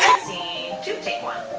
scene two take one.